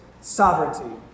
sovereignty